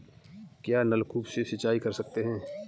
क्या नलकूप से सिंचाई कर सकते हैं?